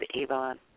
Avon